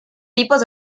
tipos